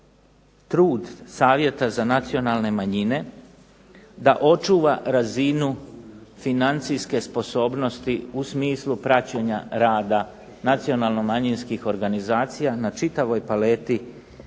trud Savjeta za nacionalne manjine da očuva razinu financijske sposobnosti u smislu praćenja rada nacionalno-manjinskih organizacija na čitavoj paleti